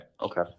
Okay